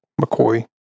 McCoy